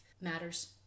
matters